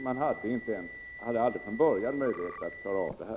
Man hade aldrig från början möjlighet att klara av detta.